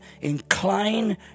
incline